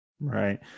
Right